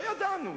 לא ידענו,